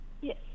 Yes